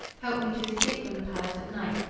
helped me to escape from the palace at night.